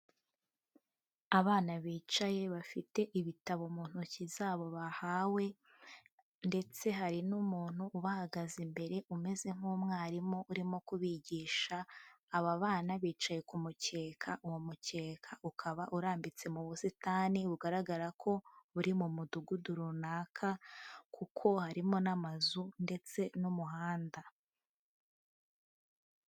Abana bicaye bafite ibitabo mu ntoki zabo bahawe, ndetse hari n'umuntu ubahagaze imbere umeze nk'umwarimu urimo kubigisha. Aba bana bicaye ku kumukeka, uwo mukeka ukaba urambitse mu busitani. Bugaragara ko buri mu mudugudu runaka kuko harimo n'amazu ndetse n'umuhanda.